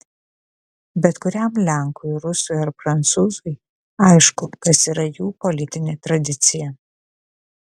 bet kuriam lenkui rusui ar prancūzui aišku kas yra jų politinė tradicija